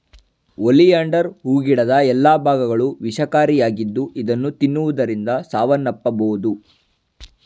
oleander ಹೂ ಗಿಡದ ಎಲ್ಲಾ ಭಾಗಗಳು ವಿಷಕಾರಿಯಾಗಿದ್ದು ಇದನ್ನು ತಿನ್ನುವುದರಿಂದ ಸಾವನ್ನಪ್ಪಬೋದು